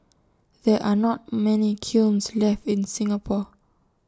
there are not many kilns left in Singapore